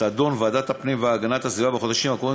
תדון ועדת הפנים והגנת הסביבה בחודשים הקרובים